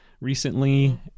recently